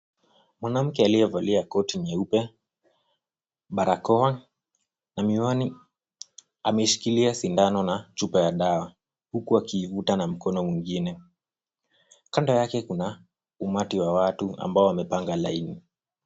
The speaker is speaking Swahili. Mwanamke aliyevalia koti nyeupe, barakoa na miwani ameshikilia sindano na chupa ya dawa, huku akiivuta na mkono mwingine. Kando yake kuna umati wa watu ambao wamepanga laini .